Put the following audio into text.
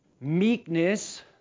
Meekness